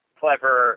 clever